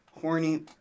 Horny